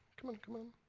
come on, come on.